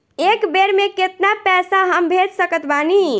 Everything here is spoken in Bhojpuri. एक बेर मे केतना पैसा हम भेज सकत बानी?